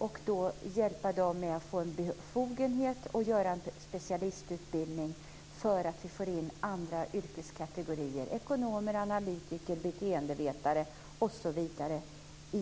Vi vill hjälpa dem att få befogenhet med en specialistutbildning för att få in andra yrkeskategorier - ekonomer, analytiker, beteendevetare osv. -